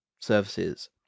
services